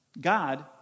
God